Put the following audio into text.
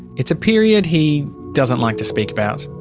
it's a period he doesn't like to speak about.